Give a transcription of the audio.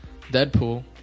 Deadpool